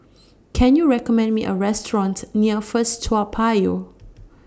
Can YOU recommend Me A Restaurant near First Toa Payoh